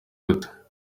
gute